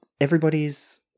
Everybody's